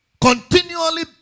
continually